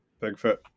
Bigfoot